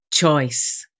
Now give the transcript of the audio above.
Choice